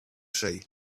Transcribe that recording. say